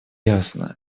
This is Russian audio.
ясно